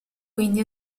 quindi